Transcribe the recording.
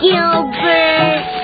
Gilbert